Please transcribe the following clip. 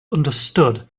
understood